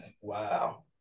Wow